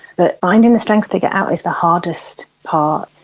but finding the strength to get out is the hardest part,